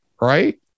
Right